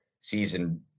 season